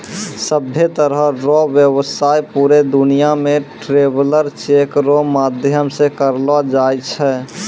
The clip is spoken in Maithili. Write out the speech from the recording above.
सभ्भे तरह रो व्यवसाय पूरे दुनियां मे ट्रैवलर चेक रो माध्यम से करलो जाय छै